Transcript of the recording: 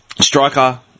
striker